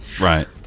right